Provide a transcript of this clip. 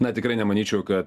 na tikrai nemanyčiau kad